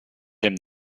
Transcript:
him